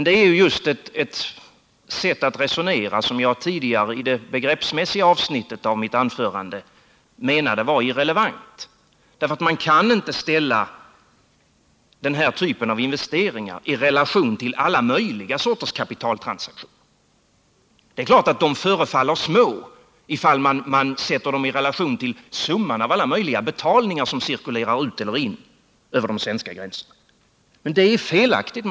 Det är just ett sätt att resonera som jag tidigare, i det begreppsmässiga avsnittet av mitt anförande, menade var irrelevant. Man kan inte ställa den här typen av investeringar i relation till alla möjliga sorters kapitaltransaktioner. Det är klart att de förefaller små, ifall man sätter dem i relation till summan av alla möjliga betalningar som cirkulerar ut eller in över de svenska gränserna, men det är felaktigt.